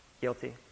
Guilty